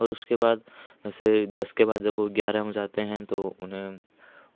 और उसके बाद ऐसे दस के बाद जब वो ग्यारह में जाते हैं तो उन्हें